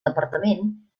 departament